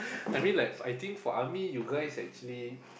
I mean like for I think for army you guys actually